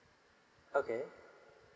okay